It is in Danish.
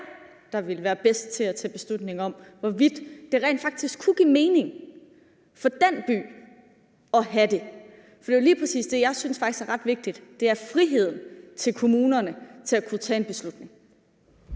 der ville være bedst til at tage en beslutning om, hvorvidt det rent faktisk kunne give mening for den by at have det? For det er jo lige præcis det, jeg faktisk synes er ret vigtigt: Det er kommunernes frihed til at kunne tage en beslutning.